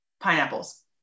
Pineapples